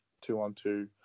two-on-two